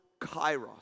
kairos